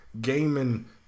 gaming